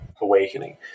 awakening